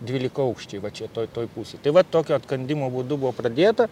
dvylikaaukščiai va čia toj toj pusėj tai va tokio atkandimo būdu buvo pradėta